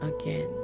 again